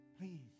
please